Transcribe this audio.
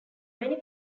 many